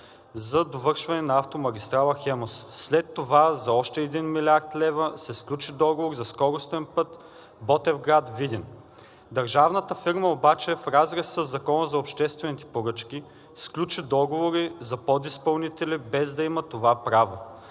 за довършване на автомагистрала „Хемус“. След това за още 1 млрд. лв. се сключи договор за скоростния път Ботевград – Видин. Държавната фирма обаче в разрез със Закона за обществените поръчки сключи договори за подизпълнители, без да има това право.